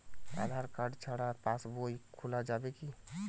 আধার card ছাড়া পাশবই খোলা যাবে কি?